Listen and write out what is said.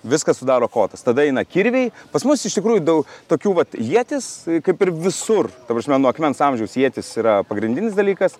viską sudaro kotas tada eina kirviai pas mus iš tikrųjų daug tokių vat ietis kaip ir visur ta prasme nuo akmens amžiaus ietis yra pagrindinis dalykas